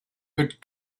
could